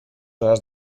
hores